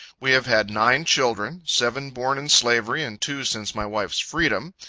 we have had nine children seven born in slavery, and two since my wife's freedom.